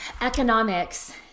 economics